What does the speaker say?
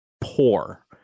poor